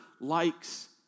likes